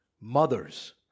mothers